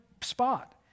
spot